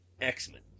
X-Men